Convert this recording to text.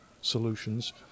solutions